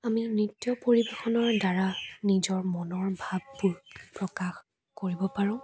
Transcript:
আমি নৃত্য পৰিৱেশনৰদ্বাৰা নিজৰ মনৰ ভাববোৰ প্ৰকাশ কৰিব পাৰোঁ